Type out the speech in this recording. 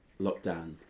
lockdown